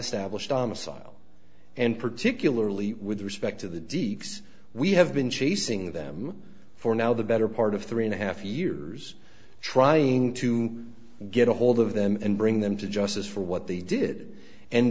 establish domicile and particularly with respect to the defs we have been chasing them for now the better part of three and a half years trying to get a hold of them and bring them to justice for what they did and